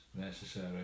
necessary